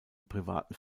privaten